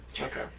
Okay